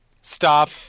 stop